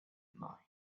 mine